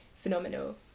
phenomenal